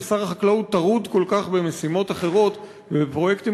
ששר החקלאות טרוד כל כך במשימות אחרות ובפרויקטים